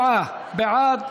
87 בעד,